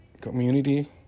community